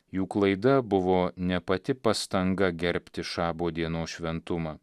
jų klaida buvo ne pati pastanga gerbti šabo dienos šventumą